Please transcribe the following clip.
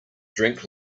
drink